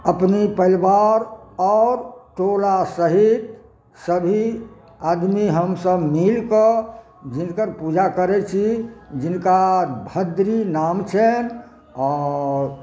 अपने परिवार आओर टोला सहित सभी आदमी हमसभ मिलिके जिनकर पूजा करै छी जिनका भद्री नाम छनि आओर